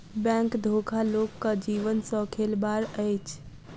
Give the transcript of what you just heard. bank धोखा लोकक जीवन सॅ खेलबाड़ अछि